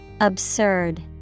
Absurd